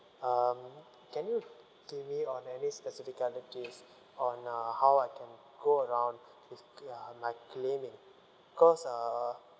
um can you give me on any specificalities on uh how I can go around with uh my claiming cause uh